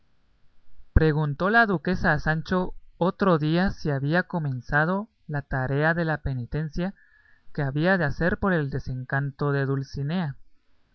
preguntó la duquesa a sancho otro día si había comenzado la tarea de la penitencia que había de hacer por el desencanto de dulcinea